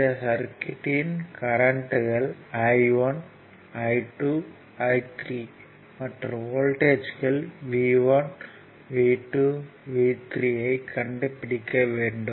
இந்த சர்க்யூட்யின் கரண்ட்கள் I1 I2 I3 மற்றும் வோல்ட்டேஜ்கள் V1 V2 V3 ஐ கண்டுபிடிக்க வேண்டும்